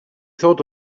thought